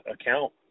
account